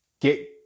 Get